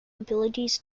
abilities